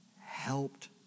helped